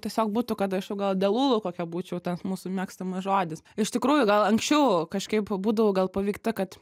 tiesiog būtų kad aš jau gal delulu kokia būčiau tas mūsų mėgstamas žodis iš tikrųjų gal anksčiau kažkaip būdavau gal paveikta kad